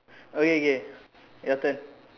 okay okay your turn